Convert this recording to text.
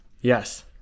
Yes